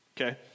Okay